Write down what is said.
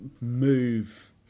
move